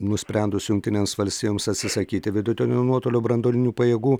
nusprendus jungtinėms valstijoms atsisakyti vidutinio nuotolio branduolinių pajėgų